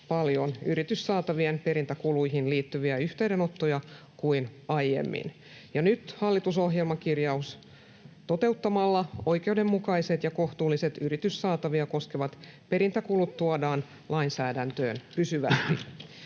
paljon yrityssaatavien perintäkuluihin liittyviä yhteydenottoja kuin aiemmin. Nyt toteuttamalla hallitusohjelmakirjaus tuodaan oikeudenmukaiset ja kohtuulliset yrityssaatavia koskevat perintäkulut lainsäädäntöön pysyvästi.